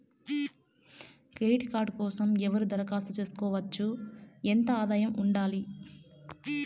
Credit card కోసం ఎవరు దరఖాస్తు చేసుకోవచ్చు? ఎంత ఆదాయం ఉండాలి?